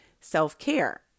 self-care